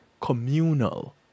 communal